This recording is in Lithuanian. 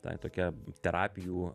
ta tokia terapijų